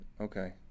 Okay